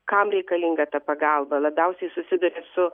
kam reikalinga ta pagalba labiausiai susiduria su